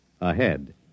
ahead